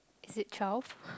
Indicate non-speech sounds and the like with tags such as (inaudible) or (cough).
is it twelve (noise)